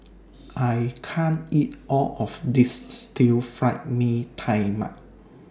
I can't eat All of This Stir Fried Mee Tai Mak